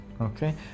okay